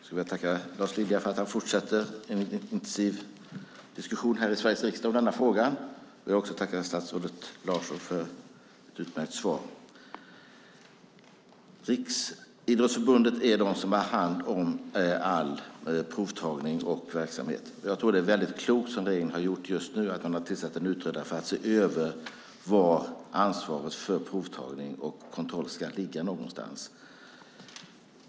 Herr talman! Jag skulle vilja tacka Lars Lilja för att han fortsätter en intensiv diskussion i Sveriges riksdag om denna fråga. Jag vill också tacka statsrådet Larsson för ett utmärkt svar. Det är Riksidrottsförbundet som har hand om all provtagning och verksamhet. Jag tror att det som regeringen nu har gjort, nämligen att tillsätta en utredare för att se över var ansvaret för provtagning och kontroll ska ligga, är väldigt klokt.